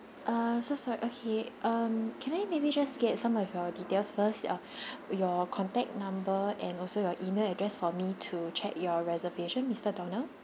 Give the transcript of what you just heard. uh so sorry okay um can I maybe just get some of your details first uh your contact number and also your email address for me to check your reservation mister donald